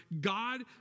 God